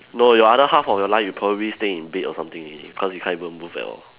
no your other half of your life you probably stay in bed or something already cause you can't even move at all